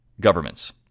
governments